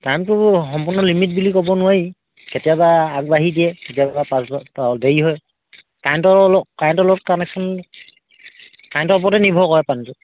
টাইমটো সম্পূৰ্ণ লিমিট বুলি ক'ব নোৱাৰি কেতিয়াবা আগবাঢ়ি দিয়ে কেতিয়াবা পাছ দেৰি হয় কাৰেণ্টৰ অলপ কাৰেণ্টৰ অলপ কানেক্যন কাৰেণ্টৰ ওপৰতে নিৰ্ভৰ কৰে পানীটো